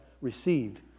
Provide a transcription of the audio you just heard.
received